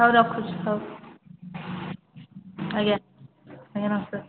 ହଉ ରଖୁଛି ହଉ ଆଜ୍ଞା ଆଜ୍ଞା ନମସ୍କାର